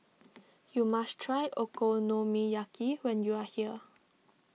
you must try Okonomiyaki when you are here